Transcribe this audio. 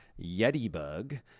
Yetibug